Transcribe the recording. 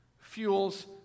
fuels